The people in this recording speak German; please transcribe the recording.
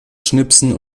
schnipsen